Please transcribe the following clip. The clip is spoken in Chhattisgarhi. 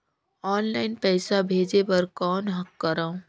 ऑनलाइन पईसा भेजे बर कौन करव?